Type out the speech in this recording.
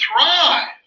thrive